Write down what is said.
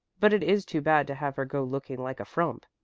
but it is too bad to have her go looking like a frump,